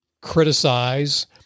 criticize